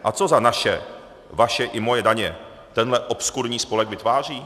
A co za naše vaše i moje daně tenhle obskurní spolek vytváří?